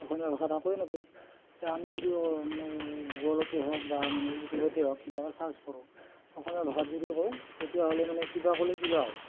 অসমীয়া ভাষাত একোৱে নাপায় এতিয়া আমি যদি মানে গুগলতে হওক বা মানে ইউটিউবতে হওক কিবা এটা চাৰ্ছ কৰোঁ অসমীয়া ভাষাত যদি কওঁ তেতিয়াহ'লে মানে কিবা ক'লে কিবা হয়